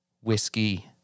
whiskey